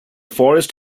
forest